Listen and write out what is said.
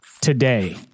today